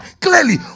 clearly